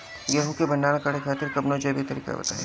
गेहूँ क भंडारण करे खातिर कवनो जैविक तरीका बताईं?